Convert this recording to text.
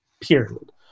Period